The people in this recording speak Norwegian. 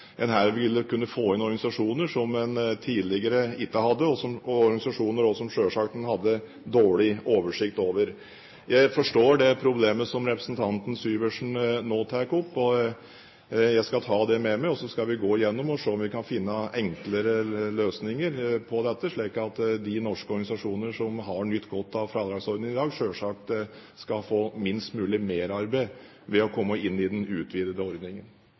problemet som representanten Syversen nå tar opp. Jeg skal ta det med meg, og så skal vi gå igjennom det og se om vi kan finne enklere løsninger på dette, slik at de norske organisasjonene som har nytt godt av fradragsordningen til i dag, selvsagt skal få minst mulig merarbeid ved å komme inn i den utvidede ordningen.